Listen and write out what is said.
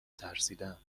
ترسیدم